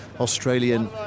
Australian